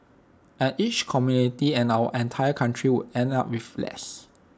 and each community and our entire country would end up with less